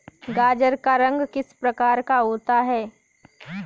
गाजर का रंग किस प्रकार का होता है?